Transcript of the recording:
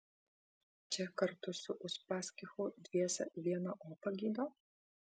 čia kartu su uspaskichu dviese vieną opą gydo